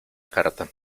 carta